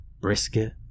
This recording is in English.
Brisket